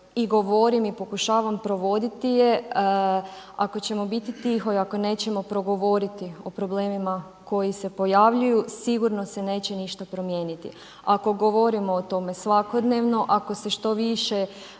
i govorim i pokušavam provoditi je, ako ćemo biti tiho i ako nećemo progovoriti o problemima koji se pojavljuju, sigurno se neće ništa promijeniti. Ako govorimo o tome svakodnevno, ako se što više